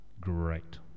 great